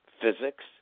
physics